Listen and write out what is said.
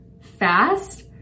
fast